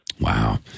Wow